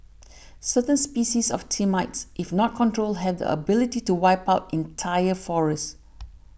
certain species of termites if not controlled have the ability to wipe out entire forests